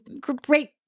great